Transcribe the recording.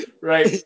Right